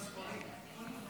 תקריא גם את המספרים.